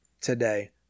today